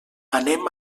anem